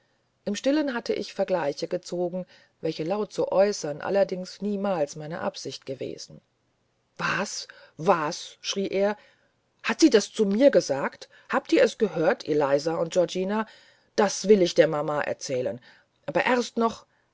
im stillen hatte ich vergleiche gezogen welche laut zu äußern allerdings niemals meine absicht gewesen was was schrie er hat sie das zu mir gesagt habt ihr es gehört eliza und georgina das will ich der mama erzählen aber erst noch